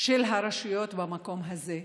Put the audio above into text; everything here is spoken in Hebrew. של הרשויות במקום הזה?